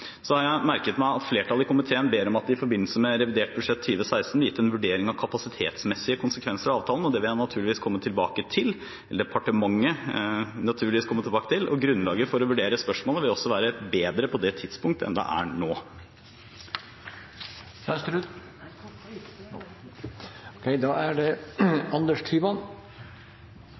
Så har jeg merket meg at flertallet i komiteen ber om at det i forbindelse med revidert budsjett 2016 blir gitt en vurdering av kapasitetsmessige konsekvenser av avtalen, og det vil naturligvis departementet komme tilbake til. Grunnlaget for å vurdere spørsmålet vil også være bedre på det tidspunktet enn det er nå. Vi er vel flere som har merket oss at kulturministeren ikke er til stede, og det